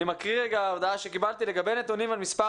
אני מקריא רגע הודעה שקיבלתי לגבי נתונים על מספר